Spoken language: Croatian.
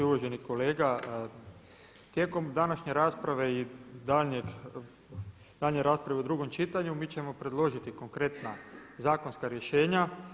Uvaženi kolega, tijekom današnje rasprave i daljnje rasprave u drugom čitanju mi ćemo predložiti konkretna zakonska rješenja.